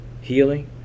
healing